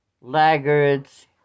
laggards